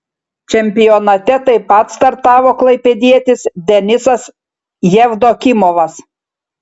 čempionate taip pat startavo klaipėdietis denisas jevdokimovas